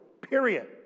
period